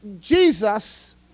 Jesus